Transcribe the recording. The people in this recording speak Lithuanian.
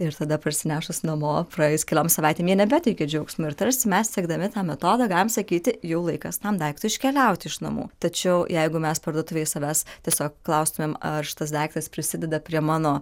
ir tada parsinešus namo praėjus keliom savaitėm jie nebeteikia džiaugsmo ir tarsi mes siekdami tą metodą galim sakyti jau laikas tam daiktui iškeliauti iš namų tačiau jeigu mes parduotuvėj savęs tiesiog klaustumėm ar šitas daiktas prisideda prie mano